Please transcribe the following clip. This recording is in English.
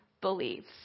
believes